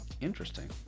Interesting